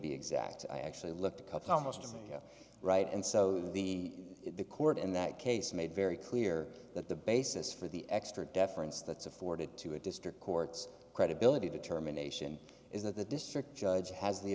be exact i actually looked up thomas to see right and so the the court in that case made very clear that the basis for the extra deference that's afforded to a district court's credibility determination is that the district judge has the